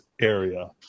area